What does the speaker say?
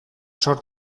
sor